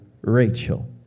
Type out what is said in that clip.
Rachel